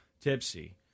tipsy